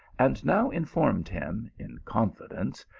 and now informed him, in confidence,